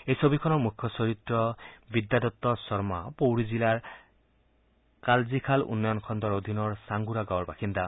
এই ছবিখনৰ মুখ্য চৰিত্ৰ বিদ্যাদত্ত শৰ্মা পৌৰি জিলাৰ কালজিখাল উন্নয়ন খণ্ডৰ অধীনৰ চাংগুৰা গাঁৱৰ বাসিন্দা